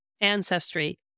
ancestry